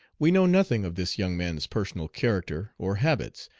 we know nothing of this young man's personal character or habits,